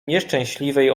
nieszczęśliwej